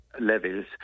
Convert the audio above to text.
levels